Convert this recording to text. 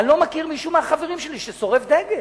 אני לא מכיר מישהו מהחברים שלי ששורף דגל.